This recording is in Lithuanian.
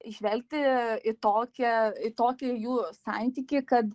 žvelgti į tokią į tokį jų santykį kad